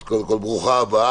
אז קודם כל ברוכה הבאה.